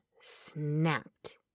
snapped